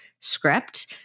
script